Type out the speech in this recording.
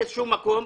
באיזשהו מקום,